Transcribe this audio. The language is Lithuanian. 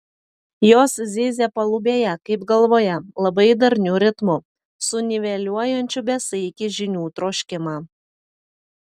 jos zyzia palubėje kaip galvoje labai darniu ritmu suniveliuojančiu besaikį žinių troškimą